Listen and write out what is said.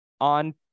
on